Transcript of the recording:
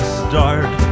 start